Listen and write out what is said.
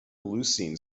leucine